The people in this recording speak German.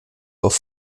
auf